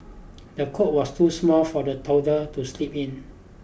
the coat was too small for the toddler to sleep in